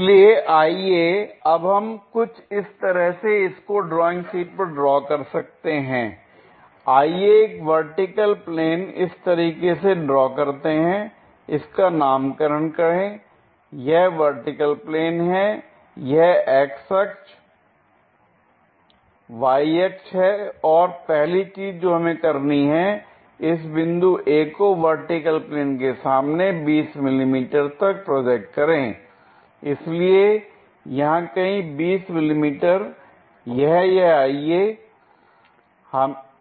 इसलिए आइए अब हम कुछ इस तरह से इसको ड्राइंग शीट पर ड्रॉ कर सकते हैं आइए एक वर्टिकल प्लेन इस तरीके से ड्रा करते हैं l इसका नामकरण करें यह वर्टिकल प्लेन है यह x अक्ष y अक्ष है और पहली चीज जो हमें करनी है कि इस बिंदु a को वर्टिकल प्लेन के सामने 20 मिमी तक प्रोजेक्ट करें l इसलिए यहां कहीं 20 मिमी यहां यह आइए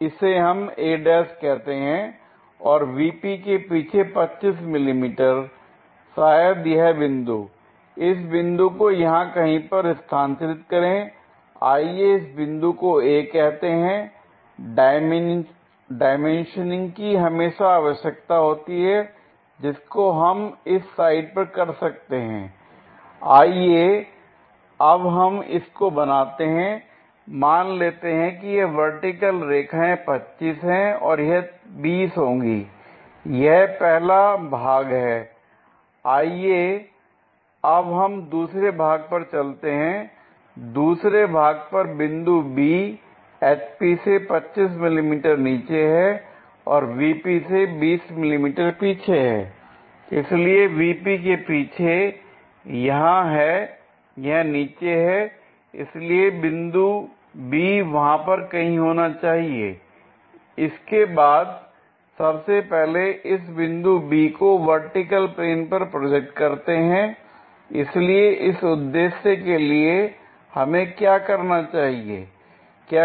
इसे हम a ' कहते हैं l और VP के पीछे 25 मिमी शायद यह बिंदु इस बिंदु को यहां कहीं पर स्थानांतरित करें l आइए इस बिंदु को a कहते हैं l डाइमेंशनिंग की हमेशा आवश्यकता होती है और जिसको हम इस साइड कर सकते हैं आइए अब हम इसको बनाते हैं मान लेते हैं कि यह वर्टिकल रेखाएं 25 हैं और यह 20 होगी यह पहला भाग है l आइए अब हम दूसरे भाग पर चलते हैं दूसरे भाग पर बिंदु B HP से 25 मिमी नीचे है और VP से 20 मिमी पीछे है l इसलिए VP के पीछे यहां है यह नीचे है l इसलिए बिंदु B वहां पर कहीं होना चाहिए इसके बाद सबसे पहले इस बिंदु B को वर्टिकल प्लेन पर प्रोजेक्ट करते हैं l इसलिए इस उद्देश्य के लिए हमें क्या करना चाहिए